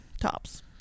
tops